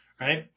Right